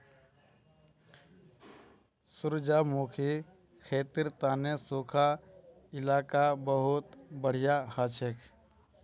सूरजमुखीर खेतीर तने सुखा इलाका बहुत बढ़िया हछेक